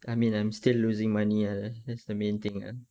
I mean I'm still losing money ah that's the main thing ah